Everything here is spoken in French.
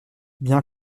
bien